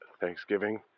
Thanksgiving